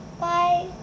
Bye